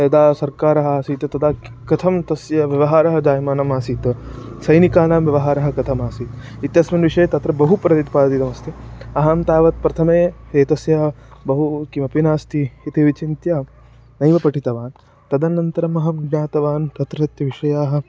यदा सर्कारः आसीत् तदा किं कथं तस्य व्यवहारः जायमानमासीत् सैनिकानां व्यवहारः कथमासीत् इत्यस्मिन् विषये तत्र बहु प्रदिपादितमस्ति अहं तावत् प्रथमे एतस्य बहु किमपि नास्ति इति विचिन्त्य नैव पठितवान् तदनन्तरम् अहं ज्ञातवान् तत्रत्य विषयाः